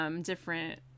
Different